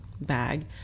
bag